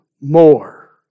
more